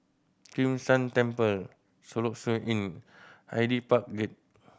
Kim San Temple Soluxe Inn Hyde Park Gate